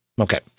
Okay